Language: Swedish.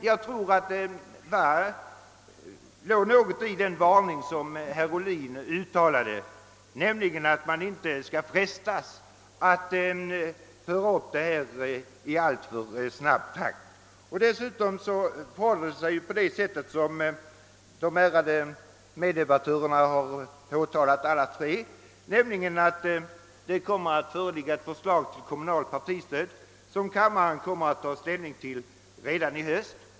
Jag tror det låg något i den varning som herr Ohlin uttalade, nämligen att man inte borde frestas att höja beloppen i alltför snabb takt. Dessutom förhåller det sig så, som alla de tre ärade meddebattörerna har påpekat, att det föreligger ett förslag till kommunalt partistöd som kammaren får ta ställning till redan i höst.